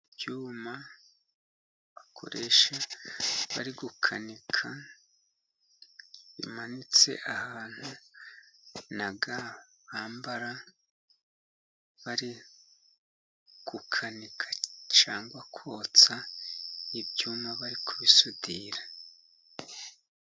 Ibyuma bakoresha bari gukanika bimanitse ahantu, na ga bambara bari gukanika cyangwa kotsa ibyuma, bari kubisudira.